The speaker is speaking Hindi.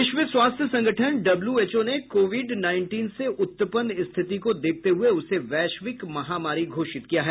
विश्व स्वास्थ्य संगठन डब्यूएचओ ने कोविड नाईनटीन से उत्पन्न स्थिति को देखते हुये उसे वैश्विक महामारी घोषित किया है